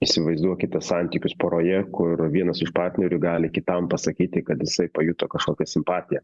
įsivaizduokite santykius poroje kur vienas iš partnerių gali kitam pasakyti kad jisai pajuto kažkokią simpatiją